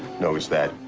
knows that.